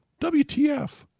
WTF